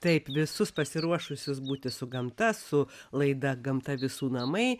taip visus pasiruošusius būti su gamta su laida gamta visų namai